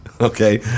Okay